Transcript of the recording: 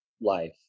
life